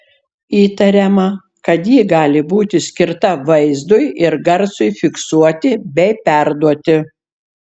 įtariama kad ji gali būti skirta vaizdui ir garsui fiksuoti bei perduoti